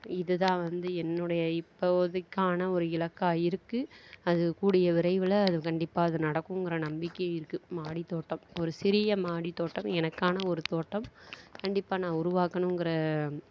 இது தான் வந்து என்னுடைய இப்போதைக்கான ஒரு இலக்காக இருக்குது அது கூடிய விரைவில் அது கண்டிப்பாக அது நடக்குங்கிற நம்பிக்கையும் இருக்குது மாடித்தோட்டம் ஒரு சிறிய மாடித்தோட்டம் எனக்கான ஒரு தோட்டம் கண்டிப்பாக நான் உருவாக்கணுங்கிற